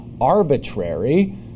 arbitrary